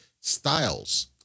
styles